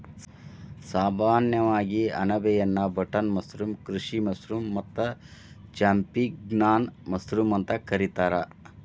ಸಾಮಾನ್ಯವಾಗಿ ಅಣಬೆಯನ್ನಾ button mushroom, ಕೃಷಿ ಮಶ್ರೂಮ್ ಮತ್ತ ಚಾಂಪಿಗ್ನಾನ್ ಮಶ್ರೂಮ್ ಅಂತ ಕರಿತಾರ